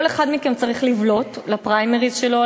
כל אחד מכם צריך לבלוט לפריימריז שלו,